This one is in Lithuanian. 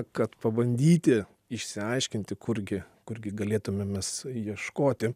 kad pabandyti išsiaiškinti kur gi kur gi galėtumėm mes ieškoti